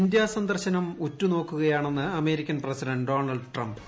India സന്ദർശനം ഉറ്റുനോക്കുകയാണെന്ന് American president Donald Trump